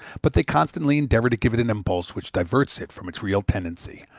but they constantly endeavor to give it an impulse which diverts it from its real tendency,